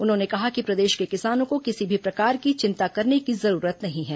उन्होंने कहा कि प्रदेश के किसानों को किसी भी प्रकार की चिंता करने की जरूरत नहीं है